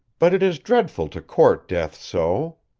but it is dreadful to court death so.